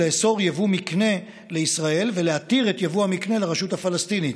לאסור יבוא מקנה לישראל ולהתיר את יבוא המקנה לרשות הפלסטינית.